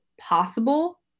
possible